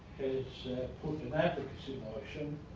so put an advocacy motion